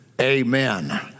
Amen